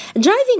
Driving